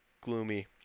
gloomy